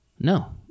No